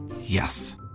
Yes